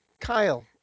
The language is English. Kyle